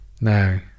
No